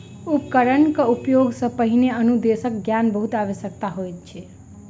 उपकरणक उपयोग सॅ पहिने अनुदेशक ज्ञान बहुत आवश्यक होइत अछि